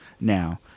now